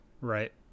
Right